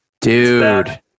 Dude